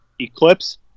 eclipse